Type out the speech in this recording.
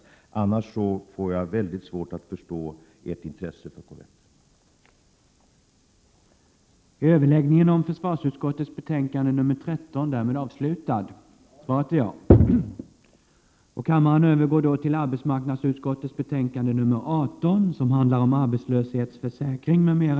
I annat fall har jag mycket svårt att förstå ert intresse för dessa korvetter.